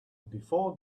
before